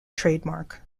trademark